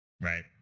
Right